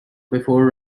before